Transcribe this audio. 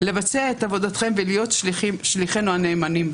לבצע את עבודתכם ולהיות שליחנו הנאמנים.